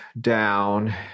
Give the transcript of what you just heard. down